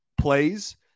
plays